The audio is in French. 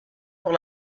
pour